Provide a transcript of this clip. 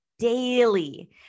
daily